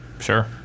Sure